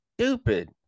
stupid